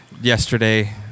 yesterday